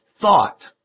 thought